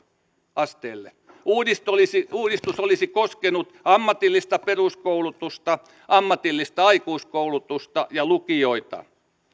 asteelle uudistus olisi uudistus olisi koskenut ammatillista peruskoulutusta ammatillista aikuiskoulutusta ja lukioita